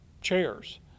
chairs